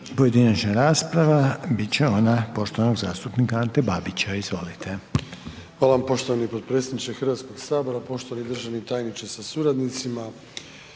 pojedinačna rasprava bit će ona poštovanog zastupnika Ante Babića, izvolite. **Babić, Ante (HDZ)** Hvala vam poštovani potpredsjedniče HS, poštovani državni tajniče sa suradnicima,